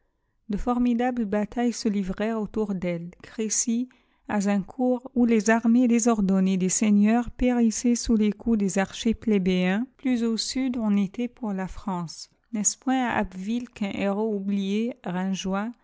de formidables batailles se livrèrent autour d'elles crécy azincourt où les armées désordonnées des seigneurs périssaient sous les coups des archers plébéiens plus au sud on était pour la france n'est-ce point à abbeville qu'un héros oublié